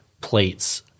plates